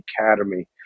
academy